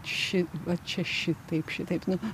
ši vat čia šitaip šitaip nu